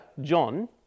John